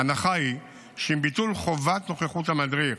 ההנחה היא שעם ביטול חובת נוכחות המדריך